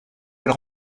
elle